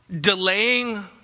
delaying